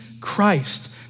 Christ